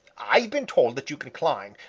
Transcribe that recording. i've been told that you can climb,